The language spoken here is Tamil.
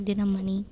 தினமணி